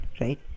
right